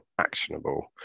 actionable